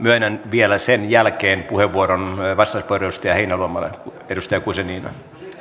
myönnän vielä sen jälkeen vastauspuheenvuoron edustaja heinäluomalle